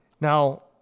Now